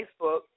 Facebook